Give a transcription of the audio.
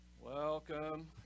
Welcome